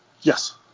Yes